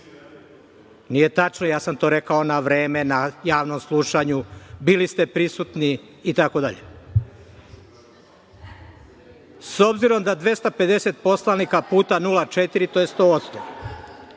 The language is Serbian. tačno, ja sam to rekao na vreme, na javnom slušanju, bili ste prisutni.S obzirom da 250 poslanika puta 0,4 to je 100%,